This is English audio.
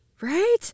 Right